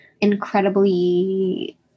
incredibly